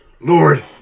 Lord